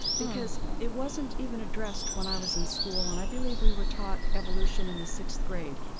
because it wasn't even addressed when i was in school, and i believe we were taught evolution in the sixth grade.